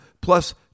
plus